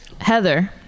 Heather